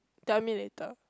tell me later